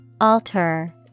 Alter